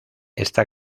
esta